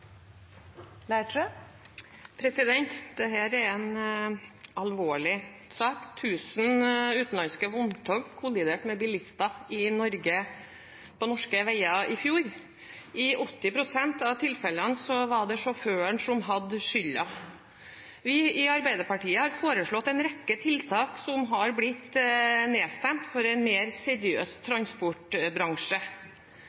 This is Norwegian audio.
er en alvorlig sak. Tusen utenlandske vogntog kolliderte med bilister på norske veier i fjor. I 80 pst. av tilfellene var det sjåføren som hadde skylden. Vi i Arbeiderpartiet har foreslått en rekke tiltak – som har blitt nedstemt – for en mer seriøs